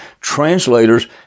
Translators